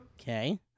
Okay